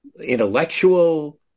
Intellectual